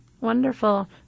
Wonderful